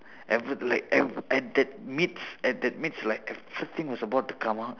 ever like ev~ at that midst at that midst like everything was about to come out